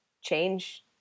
change